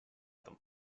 them